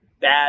bad